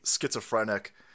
schizophrenic